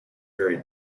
very